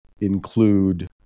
include